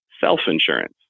self-insurance